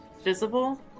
visible